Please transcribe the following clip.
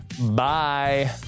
bye